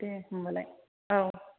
दे होमबालाय औ